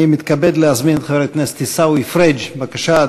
אני מתכבד להזמין את חבר הכנסת עיסאווי פריג' בבקשה,